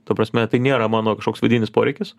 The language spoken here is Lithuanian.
ta prasme tai nėra mano kažkoks vidinis poreikis